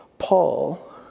Paul